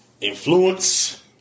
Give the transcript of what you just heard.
influence